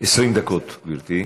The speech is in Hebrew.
פארן, 20 דקות, גברתי.